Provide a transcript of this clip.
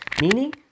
Meaning